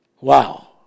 Wow